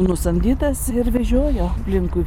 nusamdytas ir vežiojo aplinkui